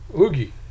Oogie